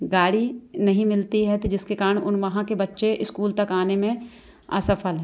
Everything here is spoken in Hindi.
गाड़ी नहीं मिलती है तो जिसके कारण उन वहाँ के बच्चे स्कूल तक आने में असफल है